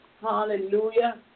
Hallelujah